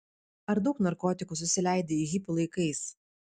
ar daug narkotikų susileidai hipių laikais